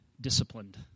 disciplined